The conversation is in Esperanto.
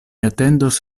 atendos